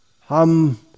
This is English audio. Ham